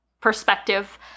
perspective